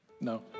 No